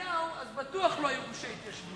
נתניהו אז בטוח לא יהיו גושי התיישבות.